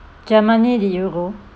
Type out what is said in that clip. germany did you go